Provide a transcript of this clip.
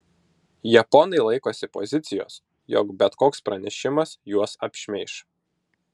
japonai laikosi pozicijos jog bet koks pranešimas juos apšmeiš